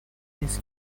نیست